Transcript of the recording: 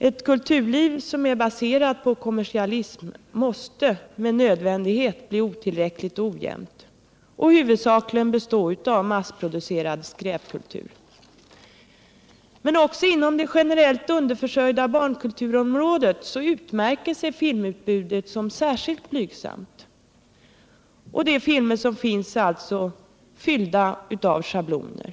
Ett kulturliv som är baserat på kommersialism måste med nödvändighet bli otillräckligt och ojämnt och huvudsakligen bestå av massproducerad skräpkultur. Men också inom det generellt underförsörjda barnkulturområdet utmärker sig filmutbudet som särskilt blygsamt. Och de filmer som finns är alltså fyllda av schabloner.